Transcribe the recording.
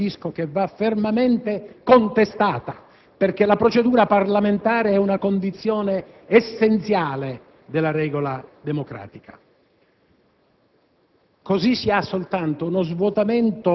È innanzitutto sotto questo aspetto che essa va fermamente contestata, perché la procedura parlamentare è una condizione essenziale della regola democratica.